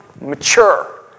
mature